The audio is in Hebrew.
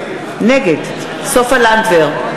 נגד סופה לנדבר,